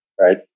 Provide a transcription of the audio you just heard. Right